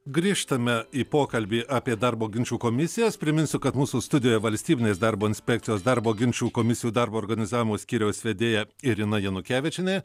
grįžtame į pokalbį apie darbo ginčų komisijas priminsiu kad mūsų studijoje valstybinės darbo inspekcijos darbo ginčų komisijų darbo organizavimo skyriaus vedėja irina janukevičienė